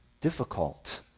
difficult